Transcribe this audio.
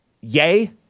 yay